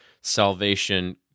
salvation